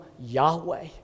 Yahweh